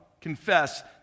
confess